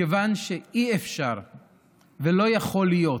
כיוון שאי-אפשר ולא יכול להיות